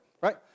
Right